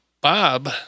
Bob